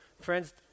friends